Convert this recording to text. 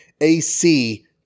AC